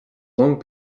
long